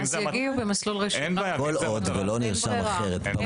כל עוד לא נרשם אחרת.